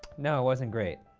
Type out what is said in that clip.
no, it wasn't great.